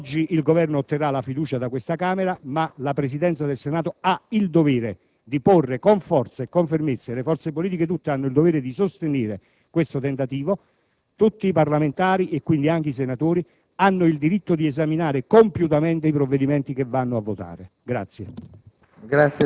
Oggi il Governo otterrà la fiducia da questa Camera, ma la Presidenza del Senato ha il dovere di porre con forza e fermezza - e tutte le forze politiche hanno il dovere di sostenere questo tentativo - il fatto che tutti i parlamentari, e quindi anche i senatori, hanno il diritto di esaminare compiutamente i provvedimenti che devono votare.